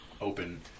open